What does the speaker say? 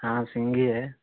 ہاں سینگھی ہے